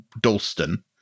Dalston